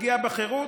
פגיעה בחירות,